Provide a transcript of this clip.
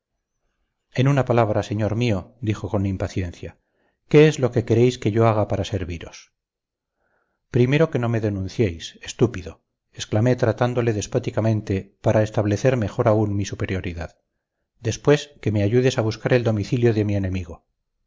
en una palabra señor mío dijo con impaciencia qué es lo que queréis que yo haga para serviros primero que no me denuncies estúpido exclamé tratándole despóticamente para establecer mejor aún mi superioridad después que me ayudes a buscar el domicilio de mi enemigo